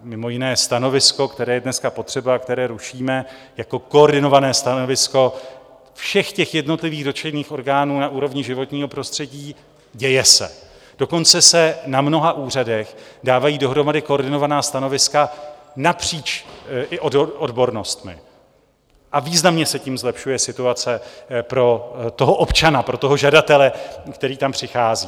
Mimo jiné stanovisko, které je dneska potřeba a které rušíme jako koordinované stanovisko všech těch jednotlivých dotčených orgánů na úrovni životního prostředí, děje se, dokonce se na mnoha úřadech dávají dohromady koordinovaná stanoviska i napříč odbornostmi a významně se tím zlepšuje situace pro občana, pro žadatele, který tam přichází.